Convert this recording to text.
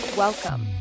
Welcome